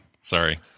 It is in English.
Sorry